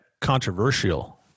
controversial